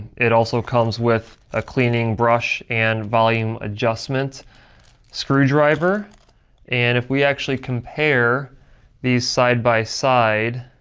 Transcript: it also comes with a cleaning brush and volume adjustment screwdriver and if we actually compare these side by side,